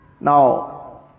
Now